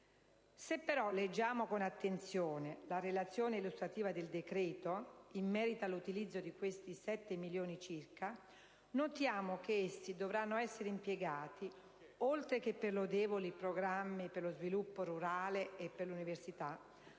Se però leggiamo con attenzione la relazione illustrativa del decreto in merito all'utilizzo di questi 7 milioni circa, notiamo che essi dovranno essere impiegati, oltre che per lodevoli programmi per lo sviluppo rurale e l'università,